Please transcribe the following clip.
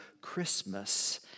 Christmas